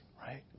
right